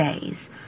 days